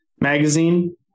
magazine